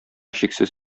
чиксез